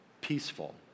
peaceful